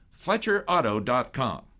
FletcherAuto.com